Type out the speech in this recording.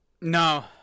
No